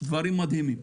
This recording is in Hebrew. דברים מדהימים.